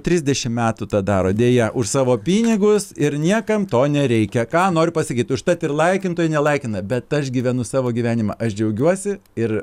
trisdešim metų tą daro deja už savo pinigus ir niekam to nereikia ką noriu pasakyt užtat ir laikintojai nelaikina bet aš gyvenu savo gyvenimą aš džiaugiuosi ir